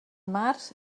març